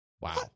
Wow